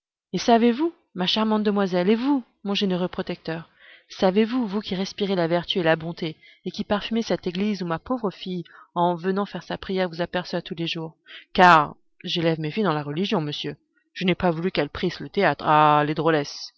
et savez-vous ma charmante demoiselle et vous mon généreux protecteur savez-vous vous qui respirez la vertu et la bonté et qui parfumez cette église où ma pauvre fille en venant faire sa prière vous aperçoit tous les jours car j'élève mes filles dans la religion monsieur je n'ai pas voulu qu'elles prissent le théâtre